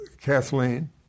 Kathleen